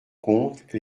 compte